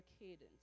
cadence